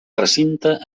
recinte